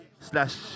slash